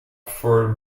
for